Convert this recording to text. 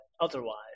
otherwise